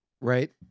right